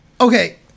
Okay